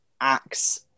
acts